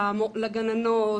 לגננות,